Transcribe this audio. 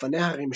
אופני הרים,